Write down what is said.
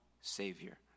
savior